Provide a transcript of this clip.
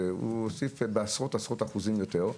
הוא הוסיף בעשרות אחוזים יותר.